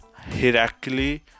hierarchically